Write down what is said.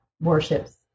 worships